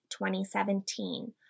2017